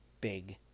big